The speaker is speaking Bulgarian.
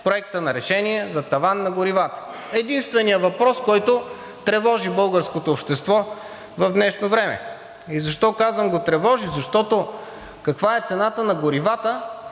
Проект на решение за таван на горивата – единственият въпрос, който тревожи българското общество в днешно време. И защо казвам го тревожи? Защото каква е цената на горивата